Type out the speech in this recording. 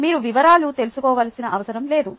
మీరు వివరాలు తెలుసుకోవలసిన అవసరం లేదు